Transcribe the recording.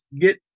get